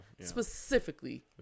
specifically